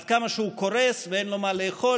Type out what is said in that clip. על כמה שהוא קורס ואין לו מה לאכול,